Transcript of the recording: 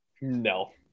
No